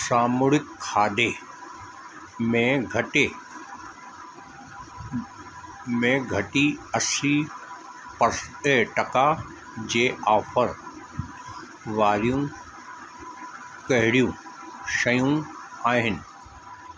सामूंडी खाधे में घट में घटी असीं टका जे ऑफर वारियूं कहिड़ियूं शयूं आहिनि